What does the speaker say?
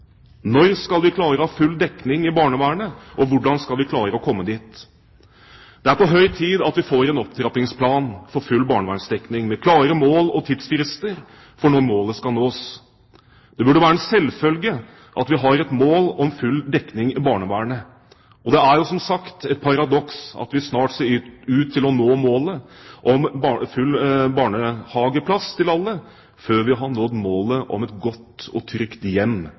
Når skal vi klare å ha full dekning i barnevernet, og hvordan skal vi klare å komme dit? Det er på høy tid at vi får en opptrappingsplan for full barnevernsdekning, med klare mål og tidsfrister for når målene skal nås. Det burde være en selvfølge at vi har et mål om full dekning i barnevernet. Det er jo som sagt et paradoks at det ser ut til at vi snart når målet om barnehageplass til alle, før vi har nådd målet om et godt og trygt hjem